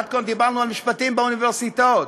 עד כאן דיברנו על משפטים באוניברסיטאות.